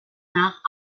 nach